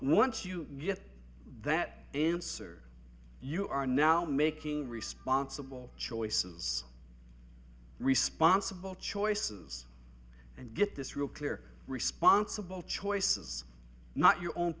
once you get that answer you are now making responsible choices responsible choices and get this real clear responsible choices not your own